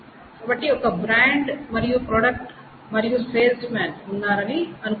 కాబట్టి ఒక బ్రాండ్ మరియు ప్రోడక్ట్ మరియు సేల్స్ మాన్ ఉన్నారని అనుకుందాం